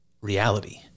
reality